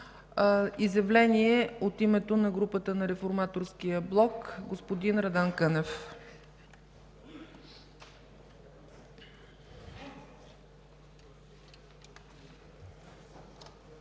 Изявление от името на групата на Реформаторския блок – господин Радан Кънев.